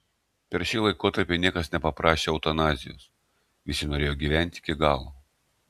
per šį laikotarpį niekas nepaprašė eutanazijos visi norėjo gyventi iki galo